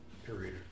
period